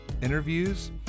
interviews